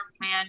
plan